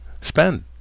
spend